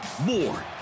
More